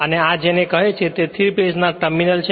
અને આ જેને કહે છે તે 3 ફેજ ના ટર્મિનલ્સ કહે છે